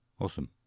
Awesome